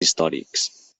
històrics